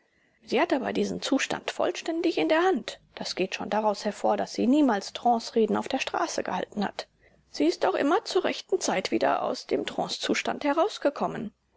sie hat aber diesen zustand vollständig in der hand das geht schon daraus hervor daß sie niemals trancereden auf der straße gehalten hat sie ist auch immer zur rechten zeit wieder der aus dem trancezustand herausgekommen